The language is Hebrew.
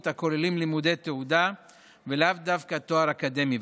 הכוללים לימודי תעודה ולאו דווקא תואר אקדמי,